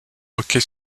hockey